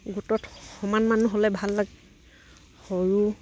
গোটত সমান মানুহ হ'লে ভাল লাগে সৰু